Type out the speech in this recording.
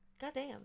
goddamn